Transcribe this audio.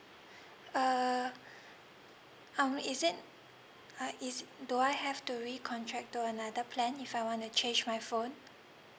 uh um is it I is it do I have to recontract to another plan if I wanna change my phone